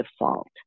default